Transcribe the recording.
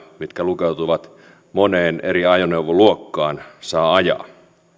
mitkä lukeutuvat moneen eri ajoneuvoluokkaan saa ajaa